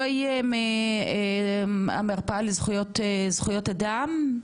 זואי, המרפאה לזכויות אדם.